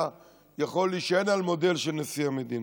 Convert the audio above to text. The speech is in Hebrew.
יכול להישען על מודל של נשיא המדינה,